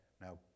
Now